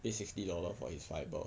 pay sixty dollar for his fibre